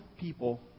people